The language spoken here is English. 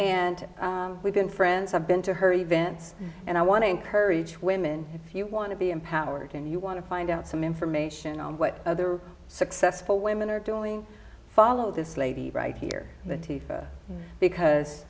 and we've been friends have been to her events and i want to encourage women if you want to be empowered and you want to find out some information on what other successful women are doing follow this lady right here because